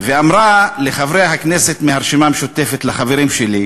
ואמרה לחברי הכנסת מהרשימה המשותפת, לחברים שלי: